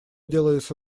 делается